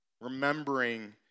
Remembering